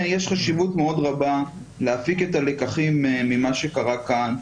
יש חשיבות מאוד רבה להפיק את הלקחים ממה שקרה כאן.